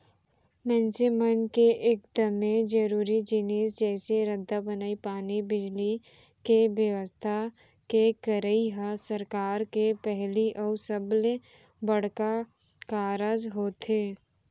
मनसे मन के एकदमे जरूरी जिनिस जइसे रद्दा बनई, पानी, बिजली, के बेवस्था के करई ह सरकार के पहिली अउ सबले बड़का कारज होथे